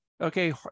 okay